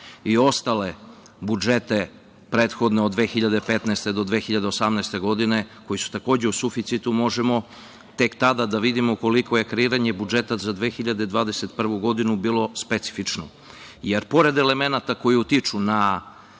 i ostale budžete prethodne, od 2015. do 2018. godine, koji su takođe u suficitu, možemo tek tada da vidimo koliko je kreiranje budžeta za 2021. godinu bilo specifično. Jer, pored elemenata koji utiču na